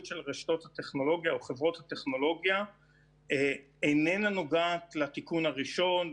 של רשתות הטכנולוגיה או חברות הטכנולוגיה איננה נוגעת לתיקון הראשון,